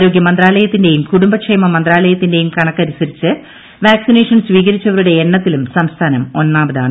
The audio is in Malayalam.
ആരോഗ്യ മന്ത്രാലയത്തിന്റെയും കുടുംബൂക്ഷേമ മന്ത്രാലയത്തിന്റെയും കണക്കനുസരിച്ച് വാക്സിനേഷ്ട് സ്വീകരിച്ചവരുടെ എണ്ണത്തിലും സംസ്ഥാനം ഒന്നാമതാണ്